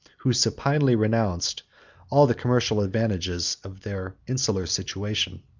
who supinely renounced all the commercial advantages of their insular situation.